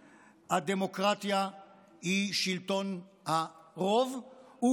הדמוקרטיה היא שלטון הרוב, ובלבד